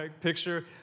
picture